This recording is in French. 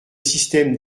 système